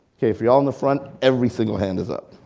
okay for y'all in the front, every single hand is up.